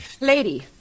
Lady